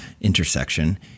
intersection